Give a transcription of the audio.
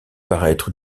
paraître